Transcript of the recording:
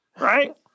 right